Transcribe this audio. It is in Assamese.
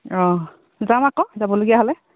অঁ যাম আকৌ যাবলগীয়া হ'লে